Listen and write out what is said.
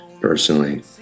personally